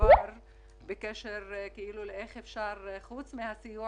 דבר בקשר לאיך אפשר חוץ מהסיוע